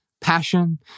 passion